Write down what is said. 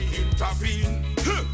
intervene